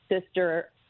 sister